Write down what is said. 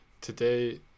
Today